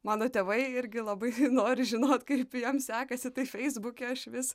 mano tėvai irgi labai nori žinot kaip jam sekasi tai feisbuke aš vis